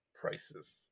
prices